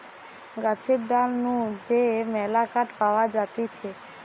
গাছের ডাল নু যে মেলা কাঠ পাওয়া যাতিছে